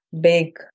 big